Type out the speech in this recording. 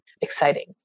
exciting